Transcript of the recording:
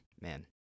man